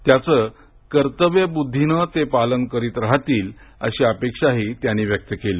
त्याचं कर्तव्य बुद्धीन ते पालन करतील अशी अपेक्षा त्यांनी व्यक्त केली